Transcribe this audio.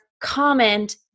comment